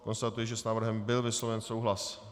Konstatuji, že s návrhem byl vysloven souhlas.